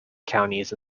counties